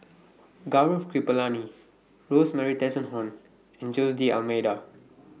Gaurav Kripalani Rosemary Tessensohn and Jose D'almeida